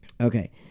Okay